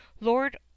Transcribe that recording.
Lord